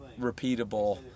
repeatable